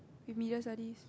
with media studies